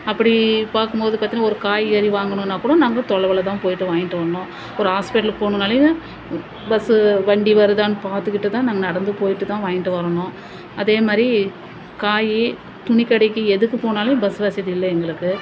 அப்படி பார்க்கும்போது பார்த்தீங்கன்னா ஒரு காய்கறி வாங்குணுன்னால் கூட நாங்கள் தொலைவில்தான் போயிட்டு வாங்கிட்டு வரணும் ஒரு ஹாஸ்பிட்டலுக்கு போகணுன்னாலையும் பஸ்ஸு வண்டி வருதான்னு பார்த்துக்கிட்டுதான் நாங்கள் நடந்து போயிட்டுதான் வாங்கிட்டு வரணும் அதே மாதிரி காய் துணிக்கடைக்கு எதுக்கு போனாலும் பஸ் வசதி இல்லை எங்களுக்கு